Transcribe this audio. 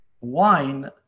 wine